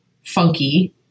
funky